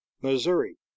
missouri